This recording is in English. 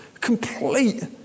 complete